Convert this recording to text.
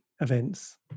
events